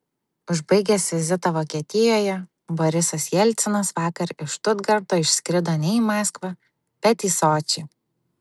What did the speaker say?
užbaigęs vizitą vokietijoje borisas jelcinas vakar iš štutgarto išskrido ne į maskvą bet į sočį